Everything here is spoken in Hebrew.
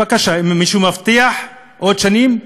בבקשה, אם מישהו מבטיח עוד שנים.